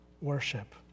worship